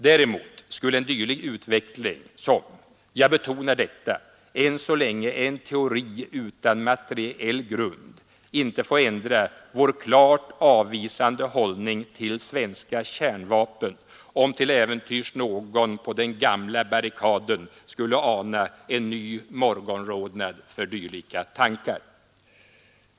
Däremot skulle en dylik utveckling som — jag betonar detta — än så länge är en teori utan materiell grund inte få ändra vår klart avvisande hållning till svenska kärnvapen — om till äventyrs någon på den gamla barrikaden skulle ana en ny morgonrodnad för dylika tankar.